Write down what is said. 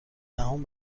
دهان